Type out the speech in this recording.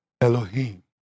Elohim